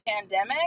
pandemic